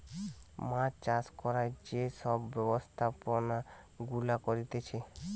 মাছ চাষ করার যে সব ব্যবস্থাপনা গুলা করতিছে